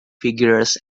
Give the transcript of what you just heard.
figures